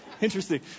Interesting